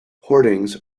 hoardings